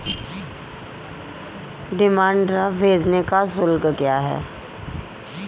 Demand draft भेजने का शुल्क क्या है?